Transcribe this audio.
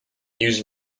used